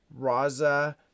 raza